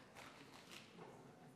אני לא זוכר,